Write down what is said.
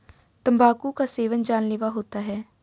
तंबाकू का सेवन जानलेवा होता है